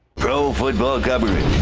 pro football government.